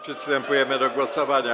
Przystępujemy do głosowania.